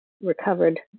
recovered